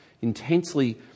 intensely